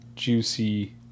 Juicy